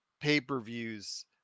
pay-per-views